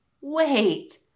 Wait